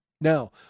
Now